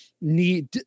need